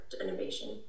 innovation